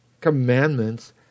commandments